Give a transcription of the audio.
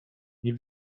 nie